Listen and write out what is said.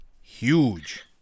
Huge